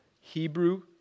Hebrew